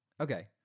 Okay